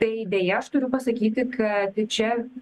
tai deja aš turiu pasakyti kad čia